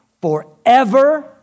forever